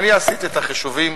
עשיתי את החישובים,